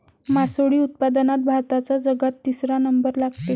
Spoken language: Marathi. मासोळी उत्पादनात भारताचा जगात तिसरा नंबर लागते